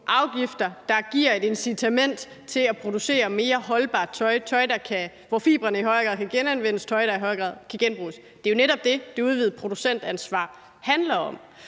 afgifter, der giver et incitament til at producere mere holdbart tøj – tøj, hvor fibrene i højere grad kan genanvendes, tøj, der i højere grad kan genbruges. Det er jo netop det, det udvidede producentansvar handler om.